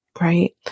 right